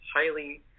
highly